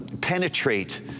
penetrate